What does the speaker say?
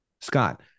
Scott